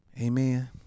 amen